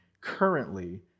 currently